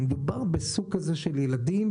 מדובר בסוג כזה של ילדים,